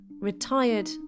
retired